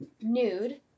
nude